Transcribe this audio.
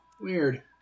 weird